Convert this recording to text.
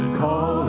call